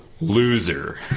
loser